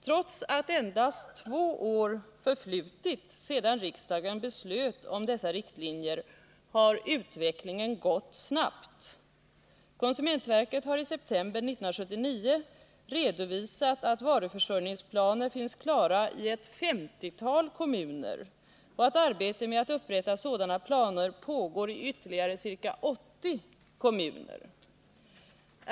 Trots att endast två år förflutit sedan riksdagen beslöt om dessa riktlinjer har utvecklingen gått snabbt. Konsumentverket har i september 1979 redovisat att varuförsörjningsplaner finns klara i ett 50-tal kommuner och att arbetet med att upprätta sådana planer pågår i ytterligare ca 80 kommuner.